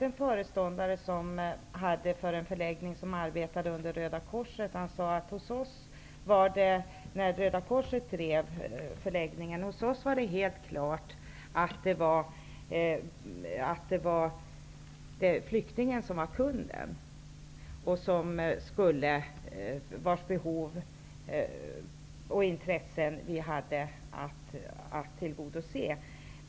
En föreståndare för en förläggning som drevs av Röda korset har sagt: Hos oss var det helt klart att det, när Röda korset drev förläggningen, var flyktingen som var kund och att vi hade att tillgodose kundens behov och intressen.